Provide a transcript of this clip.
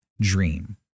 dream